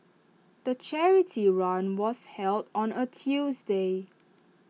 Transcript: the charity run was held on A Tuesday